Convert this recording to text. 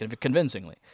convincingly